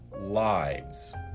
lives